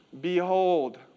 Behold